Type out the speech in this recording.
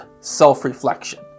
self-reflection